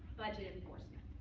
budget enforcement.